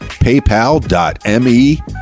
PayPal.me